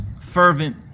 fervent